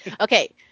Okay